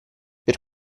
per